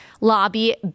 lobby